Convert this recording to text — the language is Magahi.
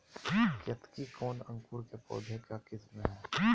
केतकी कौन अंकुर के पौधे का किस्म है?